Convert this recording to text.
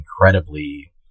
incredibly